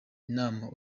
inama